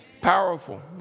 powerful